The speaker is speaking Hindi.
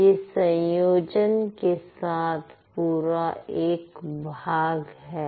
यह संयोजन के साथ पूरा एक भाग है